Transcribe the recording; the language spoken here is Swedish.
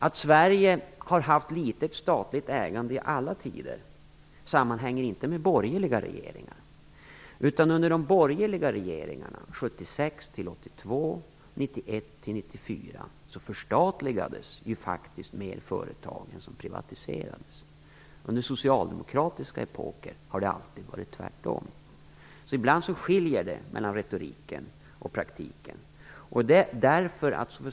Att Sverige har haft ett litet statligt ägande i alla tider sammanhänger inte med borgerliga regeringar. 94, var det faktiskt fler företag som förstatligades än som privatiserades. Under socialdemokratiska epoker har det alltid varit tvärtom. Ibland skiljer sig alltså praktiken från retoriken.